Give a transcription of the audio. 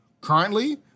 currently